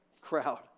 crowd